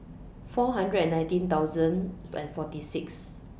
four hundred and nineteen thousand and forty six